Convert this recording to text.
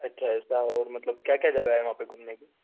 अच्छा ऐसा और मतलब क्या क्या जगह हैं वहाँ पे घूमने की